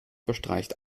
bestreicht